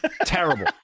Terrible